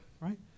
right